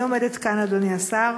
אני עומדת כאן, אדוני השר,